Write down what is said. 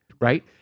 Right